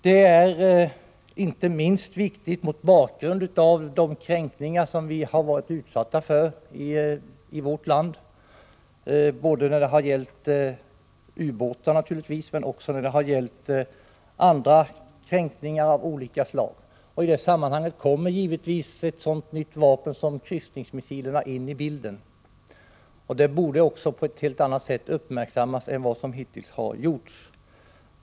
Det är inte minst viktigt mot bakgrund av de ubåtskränkningar och naturligtvis också andra kränkningar av olika slag som vi har blivit utsatta för. I det sammanhanget kommer givetvis ett sådant nytt vapen som kryssningsmissilerna in i bilden. De borde på ett helt annat sätt uppmärksammas än vad som hittills har gjorts.